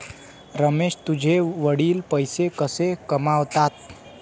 रमेश तुझे वडील पैसे कसे कमावतात?